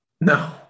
No